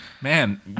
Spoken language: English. man